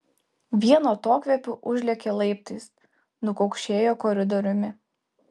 vienu atokvėpiu užlėkė laiptais nukaukšėjo koridoriumi